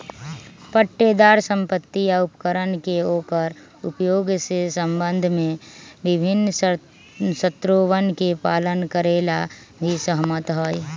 पट्टेदार संपत्ति या उपकरण के ओकर उपयोग के संबंध में विभिन्न शर्तोवन के पालन करे ला भी सहमत हई